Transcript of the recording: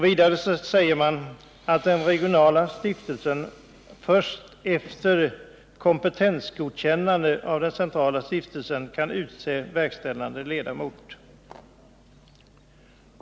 Vidare säger man att den regionala stiftelsen först efter kompetensgodkännande av den centrala stiftelsen kan utse verkställande ledamot.